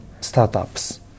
startups